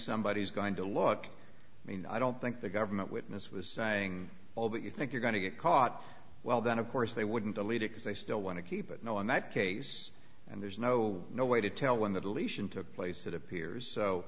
somebody is going to look i mean i don't think the government witness was saying that you think you're going to get caught well then of course they wouldn't believe it because they still want to keep it now in that case and there's no no way to tell when the deletion took place it appears so